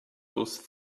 those